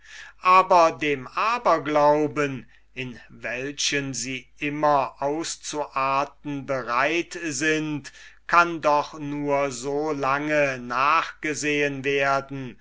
aber dem aberglauben in welchen sie immer auszuarten bereit sind kann doch nur so lange nachgesehen werden